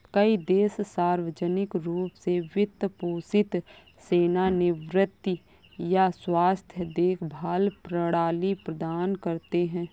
कई देश सार्वजनिक रूप से वित्त पोषित सेवानिवृत्ति या स्वास्थ्य देखभाल प्रणाली प्रदान करते है